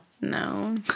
No